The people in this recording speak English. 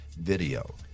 video